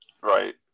Right